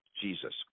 Jesus